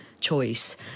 choice